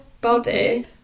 body